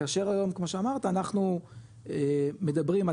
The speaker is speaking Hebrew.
כאשר היום כמו שאמרת אנחנו מדברים על